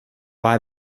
lie